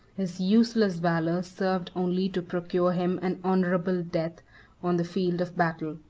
his useless valor served only to procure him an honorable death on the field of battle.